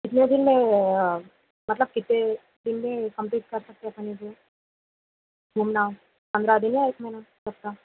کتنے دن میں مطلب کتنے دن میں کمپلیٹ کر سکتے ہیں گھومنا پندرہ دن یا ایک مہینہ آپ کا